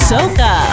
Soca